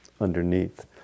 underneath